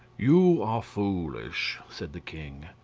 you are foolish, said the king.